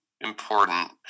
important